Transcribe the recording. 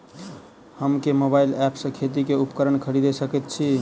हम केँ mobile app सँ खेती केँ उपकरण खरीदै सकैत छी?